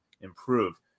improve